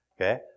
Okay